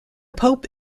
pope